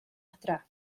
adra